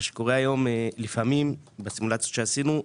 על פי הסימולציות שעשינו,